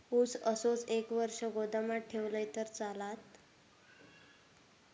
ऊस असोच एक वर्ष गोदामात ठेवलंय तर चालात?